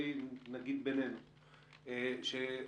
קרן ברק,